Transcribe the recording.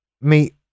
meet